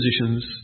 positions